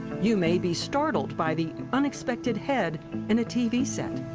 you may be startled by the unexpected head in a tv set,